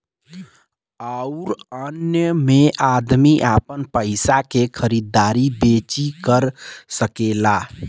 अउर अन्य मे अदमी आपन पइसवा के खरीदी बेची कर सकेला